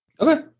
okay